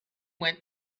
went